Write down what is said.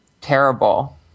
Terrible